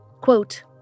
Quote